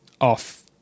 off